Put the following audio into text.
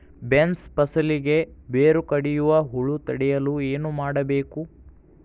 Beans ಫಸಲಿಗೆ ಬೇರು ಕಡಿಯುವ ಹುಳು ತಡೆಯಲು ಏನು ಮಾಡಬೇಕು?